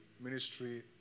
ministry